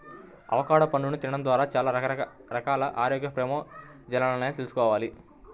avocado పండుని తినడం ద్వారా చాలా రకాల ఆరోగ్య ప్రయోజనాలున్నాయని తెల్సుకోవాలి